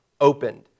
opened